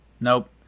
nope